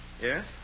Yes